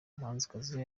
umuhanzikazi